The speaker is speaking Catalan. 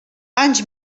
anys